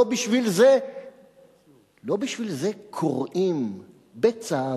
לא בשביל זה קוראים בצו,